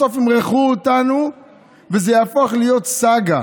בסוף ימרחו אותנו וזה יהפוך להיות סאגה